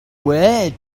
where